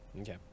okay